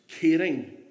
caring